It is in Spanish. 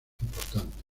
importantes